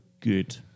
good